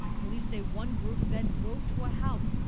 police say one group then drove to a house,